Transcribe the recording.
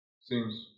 seems